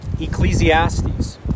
Ecclesiastes